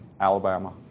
Alabama